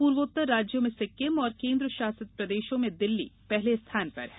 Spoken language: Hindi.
पूर्वोत्तर राज्यों में सिक्किम और केन्द्र शासित प्रदेशों में दिल्ली पहले स्थान पर हैं